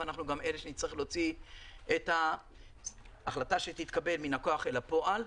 אנחנו גם אלה שנצטרך להוציא את ההחלטה שתתקבל מן הכוח אל הפועל.